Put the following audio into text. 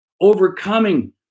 overcoming